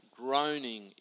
groaning